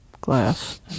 glass